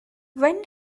when